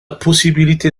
possibilité